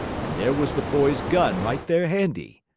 and there was the boy's gun right there handy.